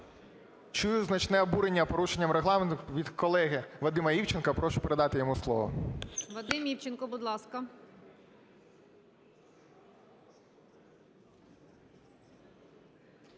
Чую значне обурення порушенням Регламенту від колеги Вадима Івченка. Прошу передати йому слово. ГОЛОВУЮЧА. Вадим Івченко, будь ласка.